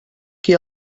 qui